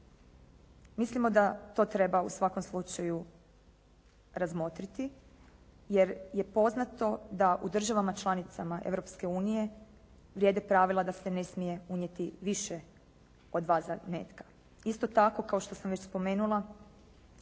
Mislimo da to treba u svakom slučaju razmotriti, jer je poznato da u državama članicama Europske unije vrijede pravila da se ne smije unijeti više od 2 zametka. Isto tako kao što sam već spomenula